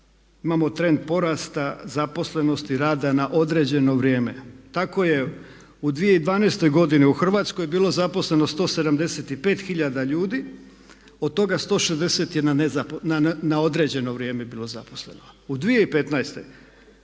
imamo trend porasta zaposlenosti rada na određeno vrijeme. Tako je u 2012. godini u Hrvatskoj bilo zaposleno 175 tisuća ljudi, od toga 160 na određeno vrijeme bilo zaposleno. U 2015. godini